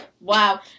Wow